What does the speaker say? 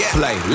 play